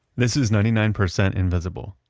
this is ninety nine percent invisible,